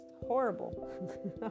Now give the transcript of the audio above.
horrible